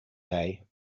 day